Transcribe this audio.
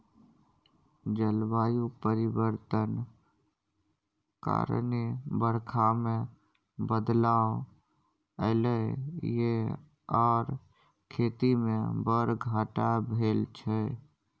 जलबायु परिवर्तन कारणेँ बरखा मे बदलाव एलय यै आर खेती मे बड़ घाटा भेल छै